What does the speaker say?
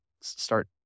start